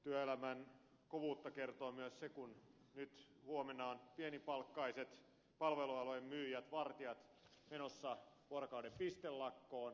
työelämän kovuudesta kertoo myös se kun nyt huomenna ovat pienipalkkaiset palvelualojen myyjät vartijat menossa vuorokauden pistelakkoon